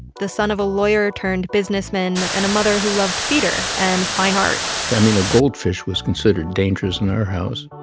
the son of a lawyer turned businessman and a mother who loved theater and fine art i mean a goldfish was considered dangerous in our house,